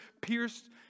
pierced